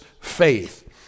faith